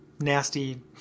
nasty